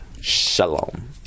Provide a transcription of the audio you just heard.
Shalom